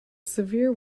severe